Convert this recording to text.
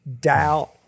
doubt